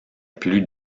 plus